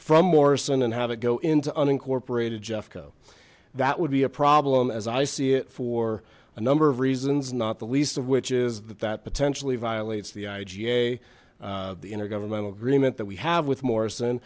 from morrison and have it go into unincorporated jeff co that would be a problem as i see it for a number of reasons not the least of which is that that potentially violates the iga the intergovernmental agreement that we have with morrison